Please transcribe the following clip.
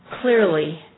clearly